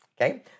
Okay